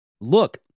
Look